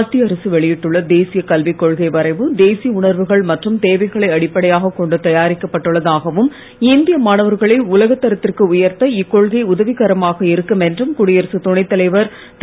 மத்திய அரசு வெளியிட்டுள்ள தேசிய கல்விக்கொள்கை வரைவு தேசிய உணர்வுகள் மற்றும் தேவைகளை அடிப்படையாகக் கொண்டு தயாரிக்கப் பட்டள்ளதாகவும் இந்திய மாணவர்களை உலகத் தாத்திற்கு உயர்த்த இக்கொள்கை உதவிகரமாக இருக்கும் என்றும் குடியரசுத் துணைத்தலைவர் திரு